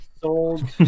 sold